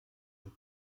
und